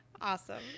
Awesome